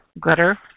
Glitter